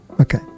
Okay